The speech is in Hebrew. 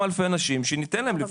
אלפי אנשים שניתן להם לפחות מענק חלקי.